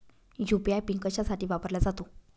UPI PIN कशासाठी वापरला जातो?